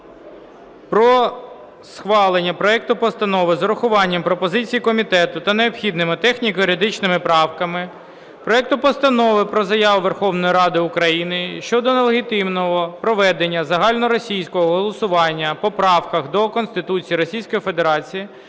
про схвалення проекту Постанови з урахуванням пропозицій комітету та необхідними техніко-юридичними правками, проекту Постанови про Заяву Верховної Ради України щодо нелегітимного проведення загальноросійського голосування по правках до Конституції Російської Федерації